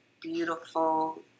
beautiful